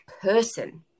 person